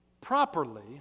properly